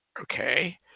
Okay